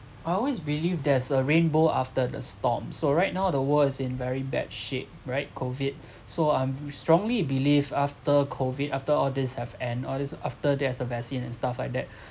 I always believe there's a rainbow after the storm so right now the world is in very bad shape right COVID so I'm strongly believe after COVID after all these have end all this after there is a vaccine and stuff like that